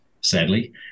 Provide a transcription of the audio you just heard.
sadly